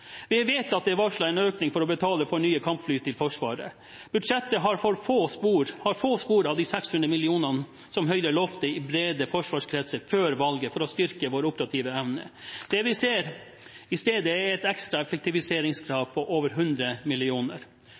Vi vet at det er varslet en økning for å betale for nye kampfly til Forsvaret. Budsjettet har få spor av de 600 mill. kr ekstra som Høyre lovte i brede forsvarskretser før valget for å styrke vår operative evne. Det vi ser i stedet, er et ekstra effektiviseringskrav på over 100